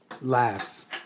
laughs